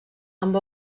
amb